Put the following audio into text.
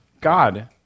God